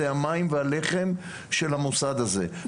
זה המים והלחם של המוסד הזה,